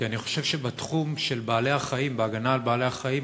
כי אני חושב שבתחום של ההגנה על בעלי-החיים,